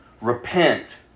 Repent